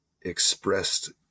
expressed